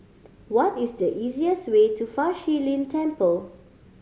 what is the easiest way to Fa Shi Lin Temple